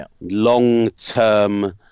long-term